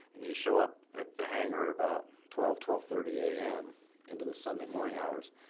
and you show up at the hangar at about twelve twelve thirty am into the sunday morning hours,